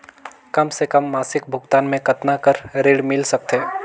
कम से कम मासिक भुगतान मे कतना कर ऋण मिल सकथे?